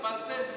הדפסתם?